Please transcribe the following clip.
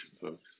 folks